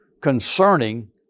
concerning